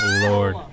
lord